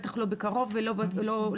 בטח לא בקרוב ולא בדצמבר,